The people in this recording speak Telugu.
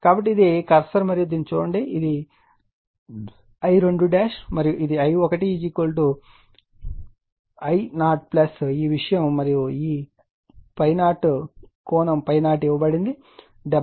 కాబట్టి ఇది కర్సర్ మరియు దీనిని చూడండి ఇది I2 మరియు ఇది I1 I0 ఈ విషయం మరియు ఈ ∅0 కోణం ∅0 ఇవ్వబడినది 78